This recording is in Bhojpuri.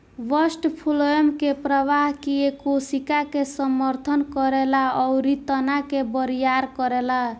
बस्ट फ्लोएम के प्रवाह किये कोशिका के समर्थन करेला अउरी तना के बरियार करेला